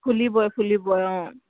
ফুলিবই ফুলিবই অঁ